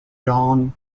john